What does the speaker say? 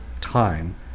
time